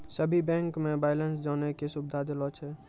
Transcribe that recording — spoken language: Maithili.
सभे बैंक मे बैलेंस जानै के सुविधा देलो छै